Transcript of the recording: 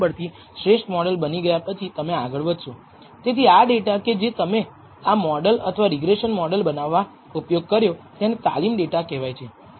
તેથી તમે મોડેલને ફીટ કર્યા પછી ડેટામાંથી તમે આ મૂલ્યની ગણતરી કરી શકો છો અને SSEની ગણતરી કરી શકો છો અને σ2 માટે અંદાજ મેળવી શકો છો